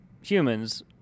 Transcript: humans